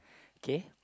K